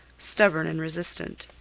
stubborn and resistant.